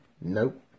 Nope